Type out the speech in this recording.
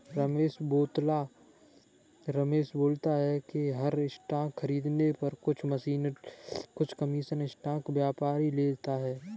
रमेश बोलता है कि हर स्टॉक खरीदने पर कुछ कमीशन स्टॉक व्यापारी लेता है